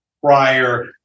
prior